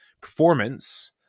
performance